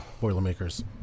Boilermakers